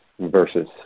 versus